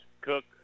Cook